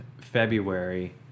February